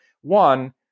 one